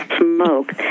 smoke